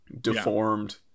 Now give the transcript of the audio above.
deformed